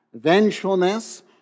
Vengefulness